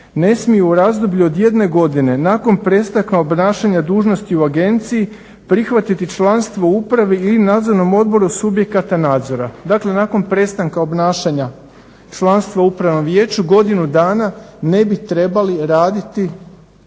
ne smiju u razdoblju od 1 godine nakon prestanka obnašanja dužnosti u agenciji prihvatiti članstvo u upravi ili nadzornom odboru subjekata nadzora. Dakle, nakon prestanka obnašanja članstva u upravnom vijeću godinu dana ne bi trebali raditi